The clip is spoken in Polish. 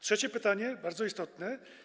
Trzecie pytanie, bardzo istotne.